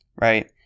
Right